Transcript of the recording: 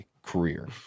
career